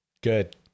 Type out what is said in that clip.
Good